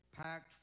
packed